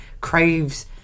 craves